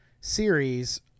series